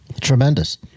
tremendous